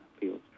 fields